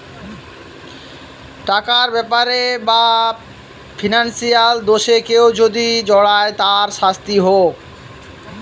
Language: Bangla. টাকার ব্যাপারে বা ফিনান্সিয়াল দোষে কেউ যদি জড়ায় তার শাস্তি হোক